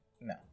No